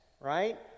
right